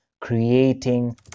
creating